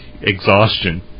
Exhaustion